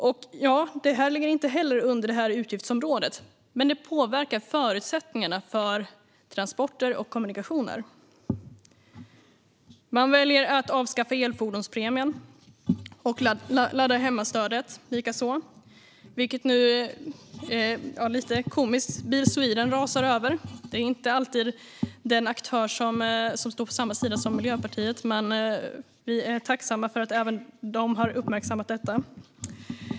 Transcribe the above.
Det här ligger inte heller under det här utgiftsområdet, men det påverkar förutsättningarna för transporter och kommunikationer. Man väljer att avskaffa elfordonspremien och ladda-hemma-stödet. Det rasar nu Bil Sweden över. Det är lite komiskt; det är inte alltid en aktör som står på samma sida som Miljöpartiet. Men vi är tacksamma för att även den har uppmärksammat detta.